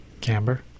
Camber